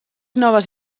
noves